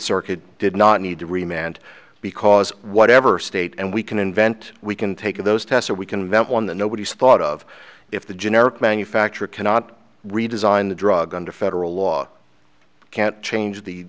circuit did not need to remain and because whatever state and we can invent we can take those tests or we can invent one that nobody's thought of if the generic manufacturer cannot redesign the drug under federal law can't change the